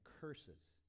curses